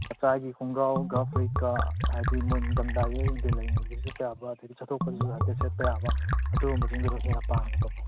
ꯃꯆꯥꯒꯤ ꯈꯣꯡꯒ꯭ꯔꯥꯎꯒ ꯐꯨꯔꯤꯠꯀ ꯍꯥꯏꯗꯤ ꯃꯣꯏ ꯅꯤꯡꯊꯝ ꯊꯥꯒꯤ ꯑꯌꯨꯛ ꯅꯨꯡꯊꯤꯟ ꯂꯩꯅꯕꯗꯁꯨ ꯁꯦꯠꯄ ꯌꯥꯕ ꯑꯗꯒꯤ ꯆꯠꯊꯣꯛꯄꯗꯁꯨ ꯍꯥꯏꯐꯦꯠ ꯁꯦꯠꯄ ꯌꯥꯕ ꯑꯗꯨꯒꯨꯝꯕꯁꯤꯡꯗꯨꯗ ꯇꯁꯦꯡꯅ ꯄꯥꯝꯃꯦꯕꯀꯣ